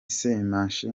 semushi